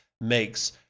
makes